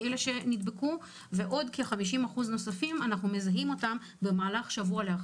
ועוד כ-50% אנחנו מזהים אחרי שבוע.